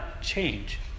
change